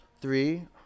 three